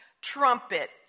trumpet